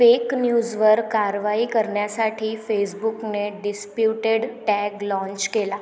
fake न्यूजवर कारवाई करण्यासाठी फेसबुकने डिस्प्यूटेड टॅग लॉन्च केला